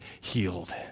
healed